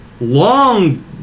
long